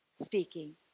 speaking